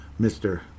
Mr